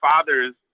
fathers